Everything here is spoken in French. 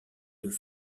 deux